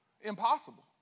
Impossible